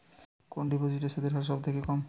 কোন ডিপোজিটে সুদের হার সবথেকে কম?